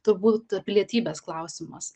turbūt pilietybės klausimas